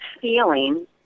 feeling